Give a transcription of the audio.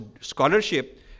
scholarship